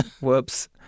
Whoops